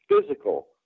physical